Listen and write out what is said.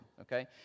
okay